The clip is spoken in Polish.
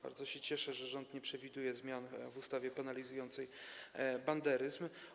Bardzo się cieszę, że rząd nie przewiduje zmian w ustawie penalizującej banderyzm.